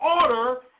order